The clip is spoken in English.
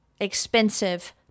expensive